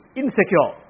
insecure